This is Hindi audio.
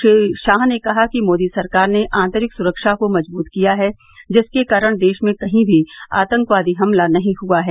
श्री शाह ने कहा कि मोदी सरकार ने आंतरिक सुरक्षा को मजबूत किया है जिसके कारण देश में कही भी आतंकवादी हमला नहीं हुआ है